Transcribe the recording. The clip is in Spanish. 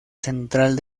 central